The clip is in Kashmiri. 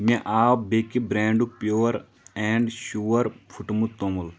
مےٚ آو بیٚکہِ برینڈُک پیور اینٛڈ شور پھُٹمُٹ توٚمُل